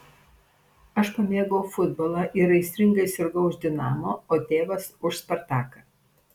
aš pamėgau futbolą ir aistringai sirgau už dinamo o tėvas už spartaką